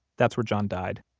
that's where john died,